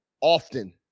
often